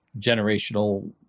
generational